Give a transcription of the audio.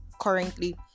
currently